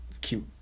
cute